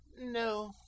No